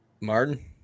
Martin